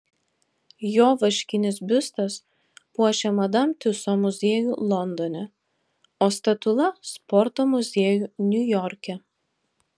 jo vaškinis biustas puošia madam tiuso muziejų londone o statula sporto muziejų niujorke